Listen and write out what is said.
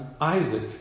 Isaac